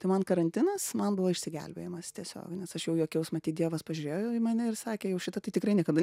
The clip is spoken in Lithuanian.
tai man karantinas man buvo išsigelbėjimas tiesiogiai nes aš jau juokiaus matyt dievas pažiūrėjo jau į mane ir sakė jau šita tai tikrai niekada